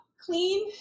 clean